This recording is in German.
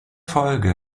folge